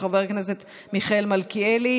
של חבר הכנסת מיכאל מלכיאלי.